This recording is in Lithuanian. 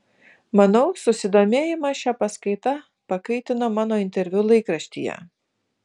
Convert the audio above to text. manau susidomėjimą šia paskaita pakaitino mano interviu laikraštyje